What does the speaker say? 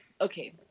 okay